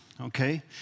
okay